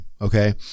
Okay